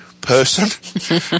person